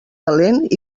talent